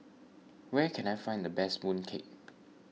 where can I find the best Mooncake